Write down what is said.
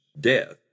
death